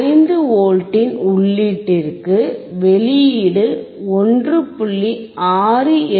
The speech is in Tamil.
5 V இன் உள்ளீட்டிற்கு வெளியீடு 1